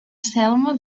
selma